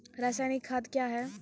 रसायनिक खाद कया हैं?